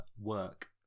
work